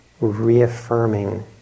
reaffirming